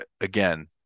again